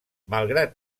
malgrat